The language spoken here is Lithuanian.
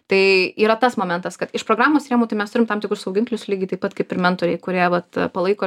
tai yra tas momentas kad iš programos rėmų tai mes turim tam tikrus saugiklius lygiai taip pat kaip ir mentoriai kurie vat palaiko